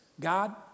God